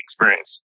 experience